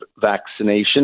vaccination